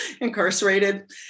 incarcerated